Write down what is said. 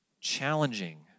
challenging